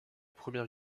première